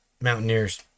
Mountaineers